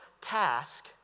task